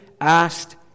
asked